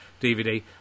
DVD